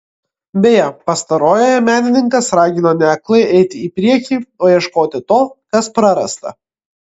beje pastarojoje menininkas ragino ne aklai eiti į priekį o ieškoti to kas prarasta